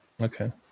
okay